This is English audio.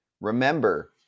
remember